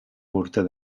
morter